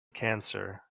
cancer